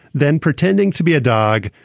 then pretending to be a dog,